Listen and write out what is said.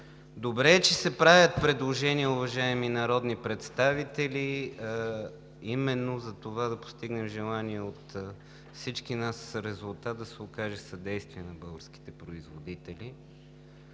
Добре е, че се правят предложения, уважаеми народни представители, именно за това да постигнем желания от всички нас резултат – да се окаже съдействие на българските производители.